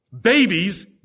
babies